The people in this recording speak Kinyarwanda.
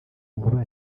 nkuba